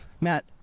Matt